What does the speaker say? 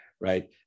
right